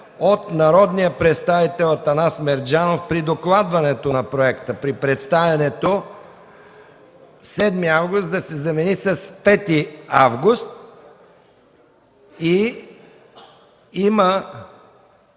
от народния представител Атанас Мерджанов при докладването на проекта, при представянето – 7 август да се замени с 5 август, и